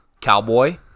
Cowboy